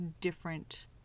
different